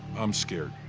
i'm scared.